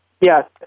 Yes